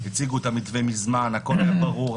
הציגו את המתווה מזמן והכול היה ברור,